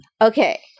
Okay